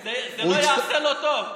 זה לא יעשה לו טוב.